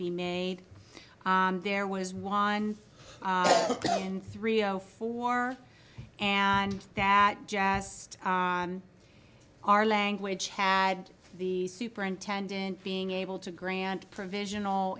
be made there was one and three zero four and that jest our language had the superintendent being able to grant provisional